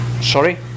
Sorry